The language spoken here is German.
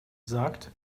sagt